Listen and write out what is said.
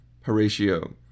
Horatio